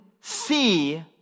see